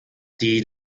die